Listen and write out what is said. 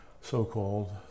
so-called